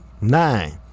nine